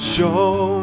Show